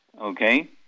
Okay